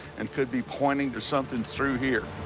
and could be pointing to something through here.